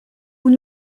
vous